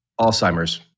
Alzheimer's